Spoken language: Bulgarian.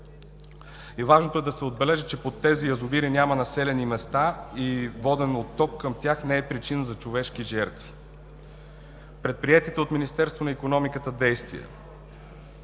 Важното е да се отбележи, че под тези язовири няма населени места и воден отток към тях не е причина за човешки жертви. Предприети от Министерството на икономиката действия: